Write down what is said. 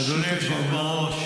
אדוני היושב בראש,